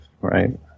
right